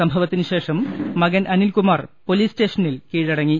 സംഭ വത്തിനുശേഷം മകൻ അനിൽകുമാർ പൊലീസ് സ്റ്റേഷനിൽ കീഴടങ്ങി